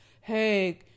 Hey